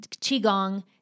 Qigong